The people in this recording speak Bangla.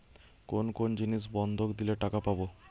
কোন কোন জিনিস বন্ধক দিলে টাকা পাব?